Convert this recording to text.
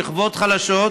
שכבות חלשות,